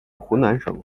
湖南省